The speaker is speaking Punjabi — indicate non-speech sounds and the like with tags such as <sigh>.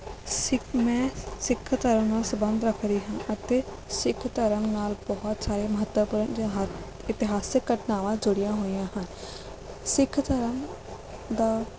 ਸਿੱਖ ਮੈਂ ਸਿੱਖ ਧਰਮ ਨਾਲ ਸਬੰਧ ਰੱਖਦੀ ਹਾਂ ਅਤੇ ਸਿੱਖ ਧਰਮ ਨਾਲ ਬਹੁਤ ਸਾਰੇ ਮਹੱਤਵਪੂਰਨ <unintelligible> ਇਤਿਹਾਸਿਕ ਘਟਨਾਵਾਂ ਜੁੜੀਆਂ ਹੋਈਆਂ ਹਨ ਸਿੱਖ ਧਰਮ ਦਾ